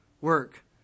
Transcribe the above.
work